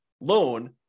loan